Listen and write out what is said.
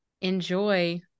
enjoy